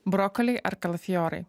brokoliai ar kalafiorai